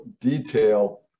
detail